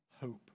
hope